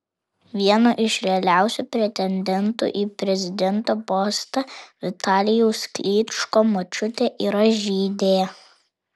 vieno iš realiausių pretendentų į prezidento postą vitalijaus klyčko močiutė yra žydė